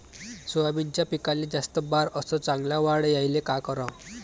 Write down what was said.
सोयाबीनच्या पिकाले जास्त बार अस चांगल्या वाढ यायले का कराव?